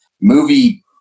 movie